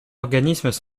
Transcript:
organismes